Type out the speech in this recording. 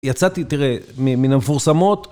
יצאתי, תראה, מן המפורסמות.